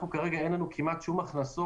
שאין לנו כרגע כמעט שום הכנסות,